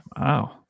Wow